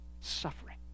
suffering